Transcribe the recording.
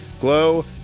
glow